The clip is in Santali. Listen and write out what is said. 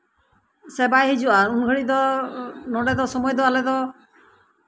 ᱥᱮ ᱵᱟᱭ ᱦᱤᱡᱩᱜᱼᱟ ᱩᱱ